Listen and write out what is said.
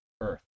earth